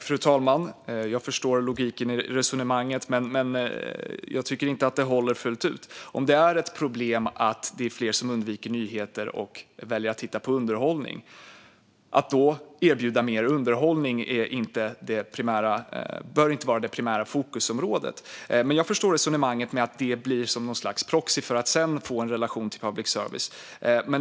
Fru talman! Jag förstår logiken i resonemanget. Men jag tycker inte att det håller fullt ut. Om det är ett problem att det är fler som undviker nyheter och väljer att titta på underhållning bör inte det primära fokuset vara på att erbjuda mer underhållning. Jag förstår resonemanget om att det blir något slags proxy för att sedan få en relation till public service.